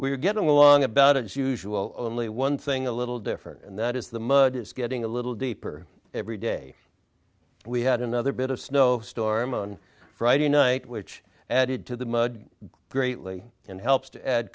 are getting along about as usual only one thing a little different and that is the mud is getting a little deeper every day we had another bit of snow storm on friday night which added to the mud greatly and helps to add